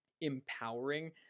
empowering